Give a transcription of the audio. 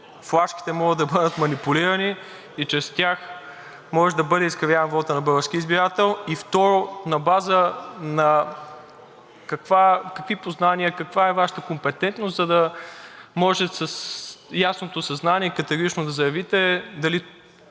флашките могат да бъдат манипулирани и чрез тях може да бъде изкривяван вотът на българския избирател? И второ, на база на какви познания, каква е Вашата компетентност, за да може с ясното съзнание и категорично да заявите дали